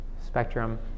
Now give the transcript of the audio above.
spectrum